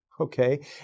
Okay